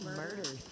murder